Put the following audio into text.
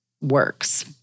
works